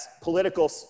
political